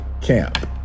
camp